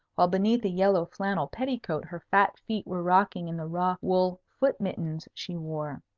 while beneath a yellow flannel petticoat her fat feet were rocking in the raw-wool foot-mittens she wore.